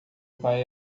pai